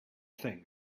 thing